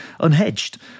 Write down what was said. Unhedged